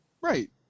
Right